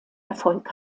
erfolg